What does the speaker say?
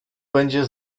będzie